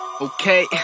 Okay